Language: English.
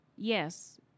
Yes